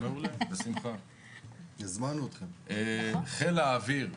יש את חיל האוויר,